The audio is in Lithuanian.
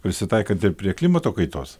prisitaikant ir prie klimato kaitos